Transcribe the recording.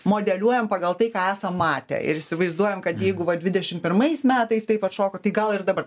modeliuojam pagal tai ką esam matę ir įsivaizduojam kad jeigu va dvidešimt pirmais metais taip atšoko tai gal ir dabar